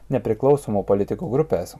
nepriklausomų politikų grupės